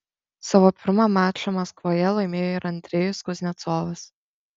savo pirmą mačą maskvoje laimėjo ir andrejus kuznecovas